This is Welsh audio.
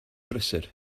brysur